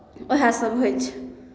उएहसभ होइ छै